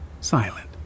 silent